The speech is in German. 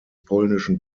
polnischen